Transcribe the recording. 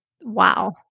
Wow